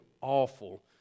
awful